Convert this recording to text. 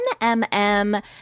NMM